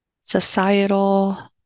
societal